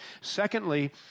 Secondly